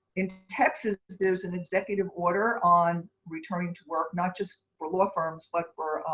in texas, there is an executive order on returning to work, not just for law firms but for